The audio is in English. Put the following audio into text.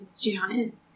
giant